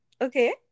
Okay